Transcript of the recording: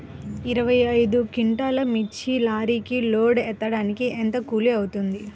ఇరవై ఐదు క్వింటాల్లు మిర్చి లారీకి లోడ్ ఎత్తడానికి ఎంత కూలి అవుతుంది?